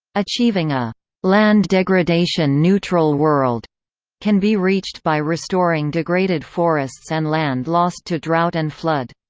achieving a land degradation-neutral world can be reached by restoring degraded forests and land lost to drought and flood.